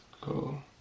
cool